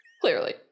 Clearly